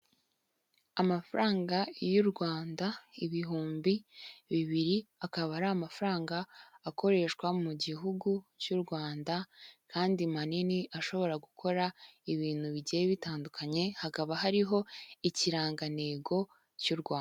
Amafaranga y'u Rwanda ibihumbi bibiri akaba ari amafaranga akoreshwa mu gihugu cy'u Rwanda kandi manini ashobora gukora ibintu bigiye bitandukanye, hakaba hariho ikirangantego cy'u Rwanda.